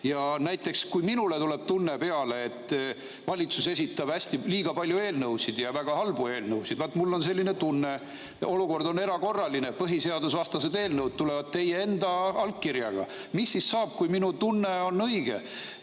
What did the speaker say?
Ja näiteks, kui minule tuleb tunne peale, et valitsus esitab liiga palju eelnõusid ja väga halbu eelnõusid –, vaat, mul on selline tunne, olukord on erakorraline, põhiseadusvastased eelnõud tulevad teie enda allkirjaga – mis siis saab, kui minu tunne on õige?